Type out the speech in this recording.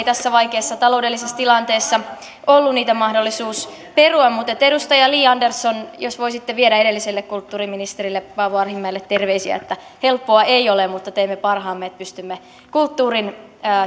tässä vaikeassa taloudellisessa tilanteessa ollut mahdollisuutta niitä perua mutta edustaja li andersson jos voisitte viedä edelliselle kulttuuriministerille paavo arhinmäelle terveisiä että helppoa ei ole mutta teemme parhaamme että pystymme kulttuurin